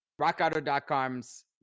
rockauto.com's